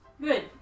Good